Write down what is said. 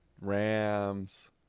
rams